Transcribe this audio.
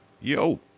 Yo